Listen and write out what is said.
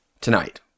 tonight